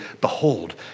behold